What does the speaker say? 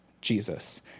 Jesus